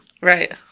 right